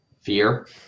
Fear